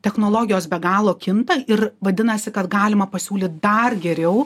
technologijos be galo kinta ir vadinasi kad galima pasiūlyt dar geriau